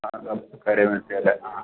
ആ ആ അല്ലെ ആ ആ